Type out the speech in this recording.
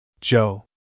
Joe